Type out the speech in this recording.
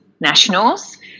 nationals